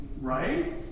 Right